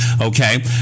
okay